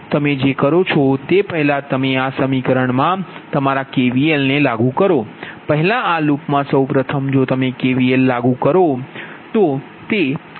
તમે જે કરો છો તે પહેલાં તમે આ સમીકરણમાં પહેલા તમારા KVL ને લાગુ કરો પહેલા આ લૂપમાં સૌ પ્રથમ જો તમે KVL લાગુ કરો તો